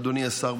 אדוני השר.